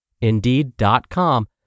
Indeed.com